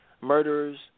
murderers